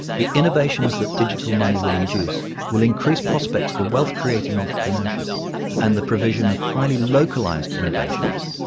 the innovations that digital money will induce will increase prospects for wealth-creating entrepreneurship and the provision of highly localized innovations,